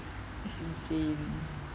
is insane